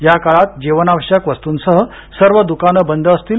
या काळात जीवनावश्यक वस्तूंसह सर्व दुकानं बंद असतील